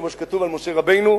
כמו שכתוב על משה רבנו.